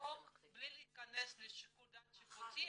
לבדוק בלי להכנס לשיקול דעת שיפוטי,